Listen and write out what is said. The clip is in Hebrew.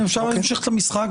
אפשר להמשיך את המשחק,